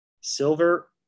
Silver